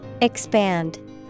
Expand